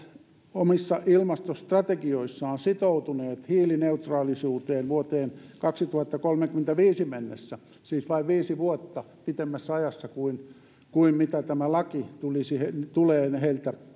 omissa ilmastostrategioissaan sitoutuneet hiilineutraalisuuteen vuoteen kaksituhattakolmekymmentäviisi mennessä siis vain viisi vuotta pitemmässä ajassa kuin kuin mitä tämä laki tulee näiltä